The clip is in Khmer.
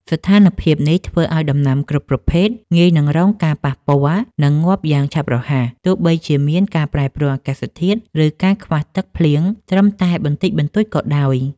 ស្ថានភាពនេះធ្វើឱ្យដំណាំគ្រប់ប្រភេទងាយនឹងរងការប៉ះពាល់ និងងាប់យ៉ាងឆាប់រហ័ស ទោះបីជាមានការប្រែប្រួលអាកាសធាតុ ឬការខ្វះទឹកភ្លៀងត្រឹមតែបន្តិចបន្តួចក៏ដោយ។